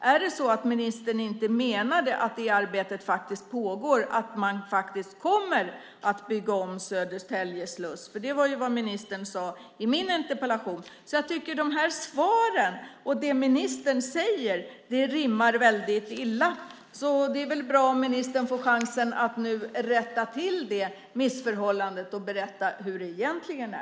Menade inte ministern att detta arbete faktiskt pågår och att man faktiskt kommer att bygga om Södertälje sluss? Det var ju det ministern svarade på min interpellation. Jag tycker att dessa svar och vad ministern säger rimmar väldigt illa. Det vore bra om ministern tar chansen att rätta till det missförhållandet och berätta hur det egentligen är.